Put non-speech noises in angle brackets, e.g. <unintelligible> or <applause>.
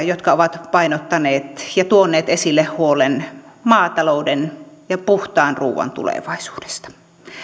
<unintelligible> jotka ovat painottaneet ja tuoneet esille huolta maatalouden ja puhtaan ruuan tulevaisuudesta